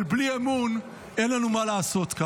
אבל בלי אמון, אין לנו מה לעשות כאן.